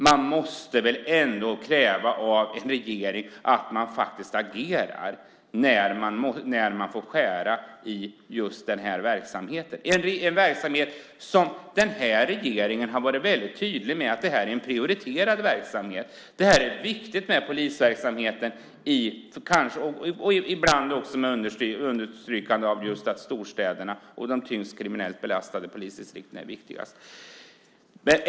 Man måste väl ändå kräva av en regering att den faktiskt agerar när just den här verksamheten får skära ned, en verksamhet som den här regeringen har varit väldigt tydlig med är en prioriterad verksamhet. Det är viktigt med polisverksamheten, ibland med understrykande av att den är viktigast i just storstäderna och de polisdistrikt som har den tyngsta kriminella belastningen.